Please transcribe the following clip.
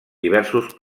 diversos